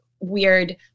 weird